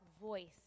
voice